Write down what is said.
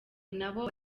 nabo